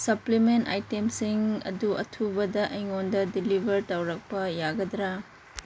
supplement ꯑꯥꯏꯇꯦꯝꯁꯤꯡ ꯑꯗꯨ ꯑꯊꯨꯕꯗ ꯑꯩꯉꯣꯅꯗ ꯗꯤꯂꯤꯕꯔ ꯇꯧꯔꯛꯄ ꯌꯥꯒꯗ꯭ꯔꯥ